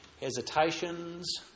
hesitations